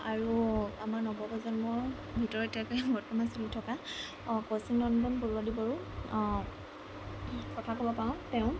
আৰু আমাৰ নৱ প্ৰজন্ম ভিতৰতে এতিয়া বৰ্তমান চলি থকা কৌশিক নন্দন বৰুৱা দেৱৰো কথা ক'ব পাওঁ তেওঁ